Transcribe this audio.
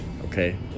Okay